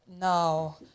No